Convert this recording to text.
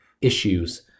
issues